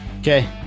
Okay